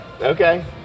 Okay